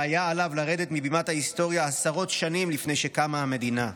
שהיה עליו לרדת מבימת ההיסטוריה עשרות שנים לפני שקמה המדינה.